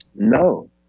No